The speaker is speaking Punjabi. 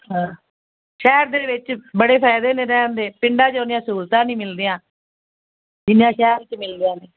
ਹਾਂ ਸ਼ਹਿਰ ਦੇ ਵਿੱਚ ਬੜੇ ਫਾਇਦੇ ਨੇ ਰਹਿਣ ਦੇ ਪਿੰਡਾਂ 'ਚ ਉਨੀਆਂ ਸਹੂਲਤਾਂ ਨਹੀਂ ਮਿਲਦੀਆਂ ਜਿੰਨੀਆਂ ਸ਼ਹਿਰ 'ਚ ਮਿਲਦੀਆਂ ਨੇ